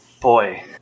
boy